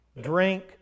drink